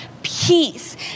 peace